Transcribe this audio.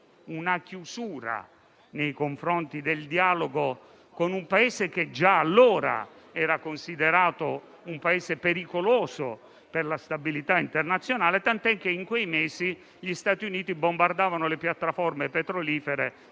una chiusura nei confronti del dialogo con un Paese che già allora era considerato pericoloso per la stabilità internazionale, tant'è che in quei mesi gli Stati Uniti bombardarono le piattaforme petrolifere